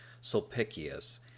Sulpicius